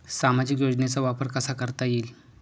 सामाजिक योजनेचा वापर कसा करता येईल?